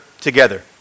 together